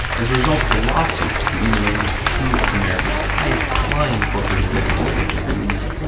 as a result of a lawsuit, the emails of two of america's highest flying corporate executives have been released.